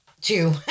Two